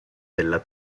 della